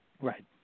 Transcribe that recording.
Right